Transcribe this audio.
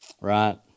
right